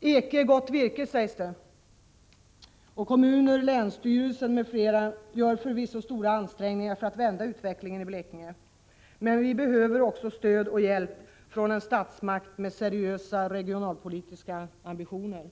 Eke är gott virke, sägs det, och kommunerna, länsstyrelsen m.fl. gör förvisso stora ansträngningar för att vända utvecklingen i Blekinge. Men vi behöver också stöd och hjälp från en statsmakt med seriösa regionalpolitiska ambitioner.